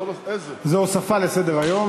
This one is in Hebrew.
זה הוספה לסדר-היום.